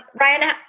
Ryan